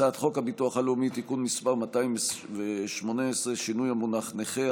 הצעת חוק הביטוח הלאומי (תיקון מס' 218) (שינוי המונח נכה),